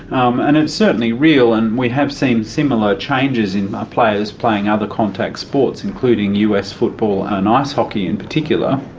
um and it's certainly real and we have seen similar changes in players playing other contact sports, including us football and ice hockey in particular.